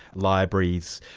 libraries,